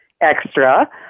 extra